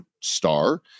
star